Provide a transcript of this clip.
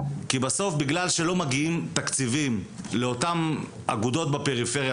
כי בסוף בגלל שלא מגיעים תקציבים לאותן אגודות בפריפריה,